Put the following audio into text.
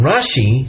Rashi